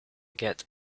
get